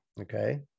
Okay